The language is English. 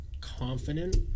confident